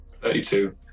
32